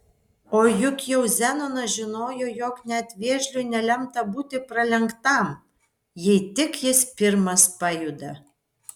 o juk jau zenonas žinojo jog net vėžliui nelemta būti pralenktam jei tik jis pirmas pajuda